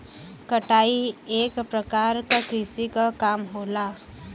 कटाई एक परकार क कृषि क काम होला